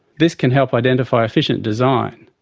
this can help identify efficient design.